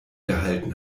gehalten